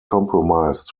compromise